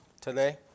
today